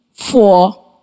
four